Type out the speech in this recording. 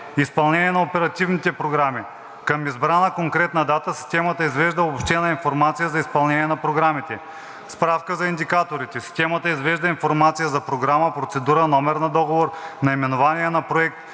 Изпълнение на оперативните програми. Към избрана конкретна дата системата извежда обобщена информация за изпълнение на програмите. Справка за индикаторите. Системата извежда информация за програма, процедура, номер на договор, наименование на проект,